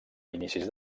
inicis